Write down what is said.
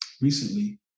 recently